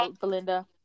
Belinda